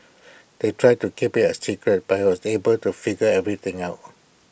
they tried to keep IT A secret but was able to figure everything out